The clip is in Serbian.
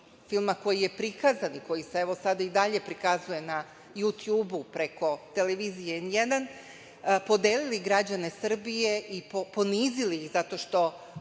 filma koji je prikazan, koji se evo sada i dalje prikazuje na „jutjubu“, preko televizije N1, podelili građane Srbije i ponizili ih zato što